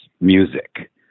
music